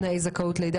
תנאי זכאות לדמי לידה),